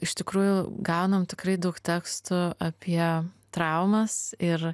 iš tikrųjų gaunam tikrai daug tekstų apie traumas ir